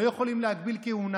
לא יכולים להגביל כהונה,